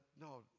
no